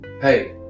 hey